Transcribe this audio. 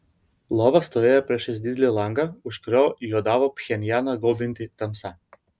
lova stovėjo priešais didelį langą už kurio juodavo pchenjaną gaubianti tamsa